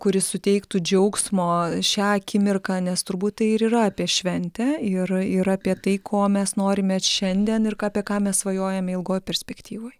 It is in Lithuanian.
kuris suteiktų džiaugsmo šią akimirką nes turbūt tai ir yra apie šventę ir ir apie tai ko mes norime šiandien ir ką apie ką mes svajojame ilgoj perspektyvoj